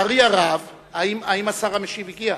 האם השר המשיב הגיע?